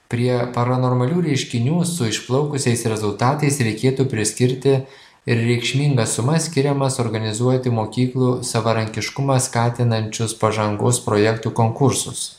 prie paranormalių reiškinių su išplaukusiais rezultatais reikėtų priskirti ir reikšmingas sumas skiriamas organizuoti mokyklų savarankiškumą skatinančius pažangos projektų konkursus